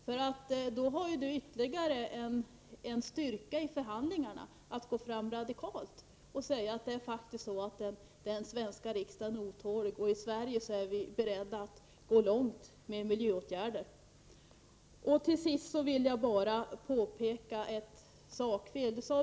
Det är ju ytterligare en styrka att kunna gå fram radikalt i förhandlingarna och säga att den svenska riksdagen är otålig, och i Sverige är vi beredda att gå långt med miljöåtgärder. Till sist vill jag bara påpeka ett sakfel.